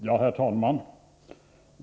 Herr talman!